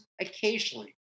occasionally